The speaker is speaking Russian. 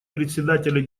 председателя